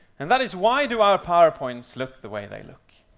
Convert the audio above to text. and that is, why do our powerpoints look the way they look?